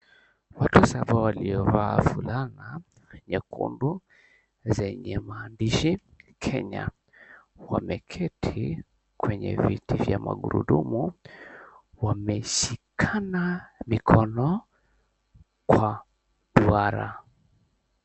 Watu saba waliovaa fulana nyekundu zenye maandishi, Kenya, wameketi kwenye viti vya magurudumu wameshikana mikono kwa duara.